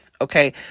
Okay